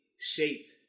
shaped